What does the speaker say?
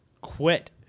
quit